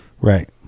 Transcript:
Right